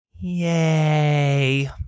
Yay